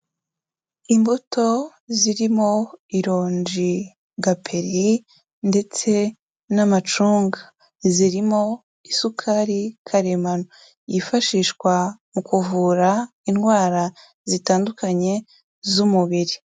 Imbuto zirimo ironji, gaperi ndetse n'amacunga, zirimo isukari karemano yifashishwa mu kuvura indwara zitandukanye z'umubiri.